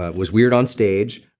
ah was weird on stage,